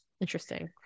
Interesting